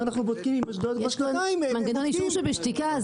יש כאן מנגנון אישור שבשתיקה.